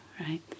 right